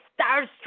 starstruck